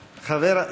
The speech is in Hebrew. ואחריו,